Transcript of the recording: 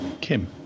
Kim